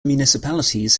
municipalities